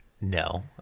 No